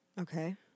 okay